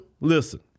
listen